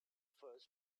first